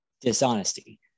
dishonesty